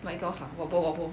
卖 gauze lah wobble wobble